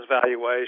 valuation